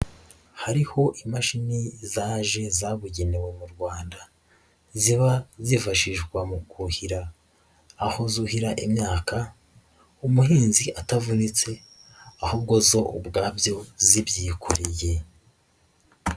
Hariho imashini zaje zabugenewe mu Rwanda ziba zifashishwa mu kuhira, aho zuhira imyaka umuhinzi atavunitse ahubwo zo ubwabyo zibyikoreye.